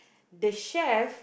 the chef